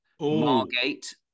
Margate